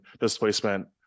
displacement